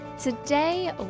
Today